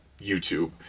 YouTube